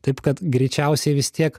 taip kad greičiausiai vis tiek